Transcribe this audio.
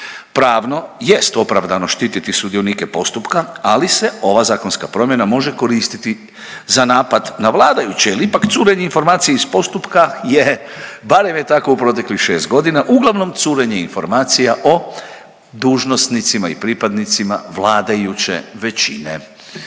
Pravno jest opravdano štititi sudionike postupka, ali se ova zakonska promjena može koristiti za napad na vladajuće jel ipak curenje informacija iz postupka je, barem je tako u proteklih 6.g., uglavnom curenje informacija o dužnosnicima i pripadnicima vladajuće većine.